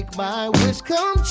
my wish come